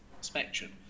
spectrum